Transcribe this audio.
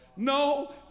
No